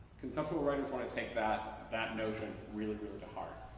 conceptual writers want to take that that notion really, really to heart.